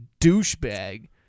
douchebag